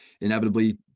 inevitably